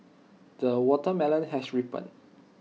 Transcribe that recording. the watermelon has ripened